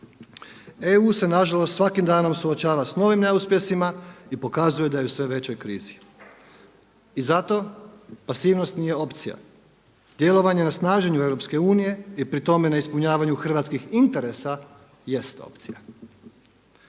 EU se nažalost svakim danom suočava s novim neuspjesima i pokazuje da je u sve većoj krizi. I zato pasivnost nije opcija. Djelovanje na snaženju EU i pri tome ne ispunjavanju hrvatskih interesa jest opcija.